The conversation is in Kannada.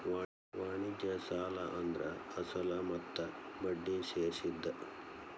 ವಾಣಿಜ್ಯ ಸಾಲ ಅಂದ್ರ ಅಸಲ ಮತ್ತ ಬಡ್ಡಿ ಸೇರ್ಸಿದ್